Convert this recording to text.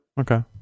Okay